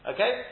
Okay